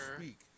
speak